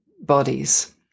bodies